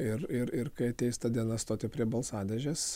ir ir ir kai ateis ta diena stoti prie balsadėžės